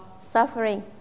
suffering